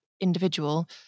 individual